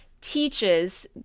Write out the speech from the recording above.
teaches